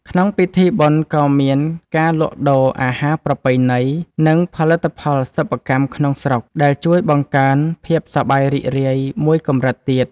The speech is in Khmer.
ក្នុងពិធីបុណ្យក៏មានការលក់ដូរអាហារប្រពៃណី និងផលិតផលសិប្បកម្មក្នុងស្រុក ដែលជួយបង្កើនភាពសប្បាយរីករាយមួយកម្រិតទៀត។